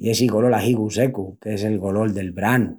I essi golol a higu secu qu'es el golol del branu!